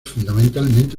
fundamentalmente